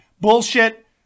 bullshit